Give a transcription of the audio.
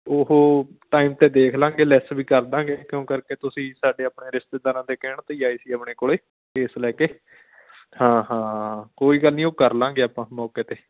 ਉਹ ਟਾਈਮ 'ਤੇ ਦੇਖ ਲਾਂਗੇ ਲੈਸ ਵੀ ਕਰ ਦਾਂਗੇ ਕਿਉਂ ਕਰਕੇ ਤੁਸੀਂ ਸਾਡੇ ਆਪਣੇ ਰਿਸ਼ਤੇਦਾਰਾਂ ਦੇ ਕਹਿਣ 'ਤੇ ਹੀ ਆਏ ਸੀ ਆਪਣੇ ਕੋਲ ਕੇਸ ਲੈ ਕੇ ਹਾਂ ਹਾਂ ਕੋਈ ਗੱਲ ਨਹੀਂ ਉਹ ਕਰ ਲਾਂਗੇ ਆਪਾਂ ਮੌਕੇ 'ਤੇ